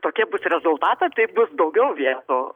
tokie bus rezultatai tai bus daugiau vietų